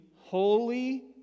holy